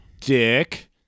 Dick